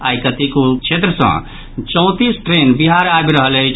आई देशक कतेको क्षेत्र सँ चौंतीस ट्रेन बिहार आबि रहल अछि